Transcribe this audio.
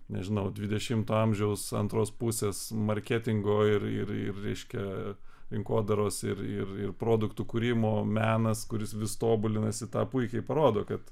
nežinau dvidešimto amžiaus antros pusės marketingo ir ir ir reiškia rinkodaros ir ir ir produktų kūrimo menas kuris vis tobulinasi tą puikiai parodo kad